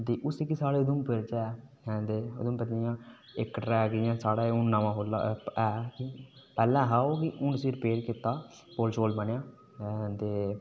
उसी साढ़े उधमपुर च है उधमपुर च जि'यां इक ट्रेक जि'यां हून नमां खोह्ल्लेआ ऐ पैहला दा एह् हून उसी रिपेयर कीता पुल शुल बनेआ